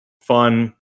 fun